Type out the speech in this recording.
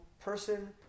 person